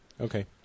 Okay